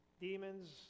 Demons